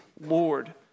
Lord